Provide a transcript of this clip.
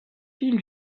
fil